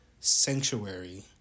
sanctuary